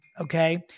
okay